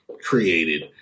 created